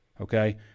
okay